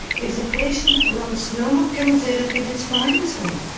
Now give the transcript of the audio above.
if the patient wants no more chemotherapy that's fine with me.